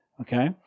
okay